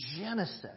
Genesis